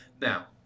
Now